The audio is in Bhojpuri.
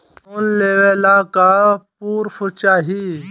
लोन लेवे ला का पुर्फ चाही?